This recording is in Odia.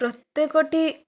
ପ୍ରତ୍ୟେକ ଟି